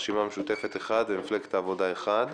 הרשימה המשותפת אחד, מפלגת העבודה אחד.